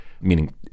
meaning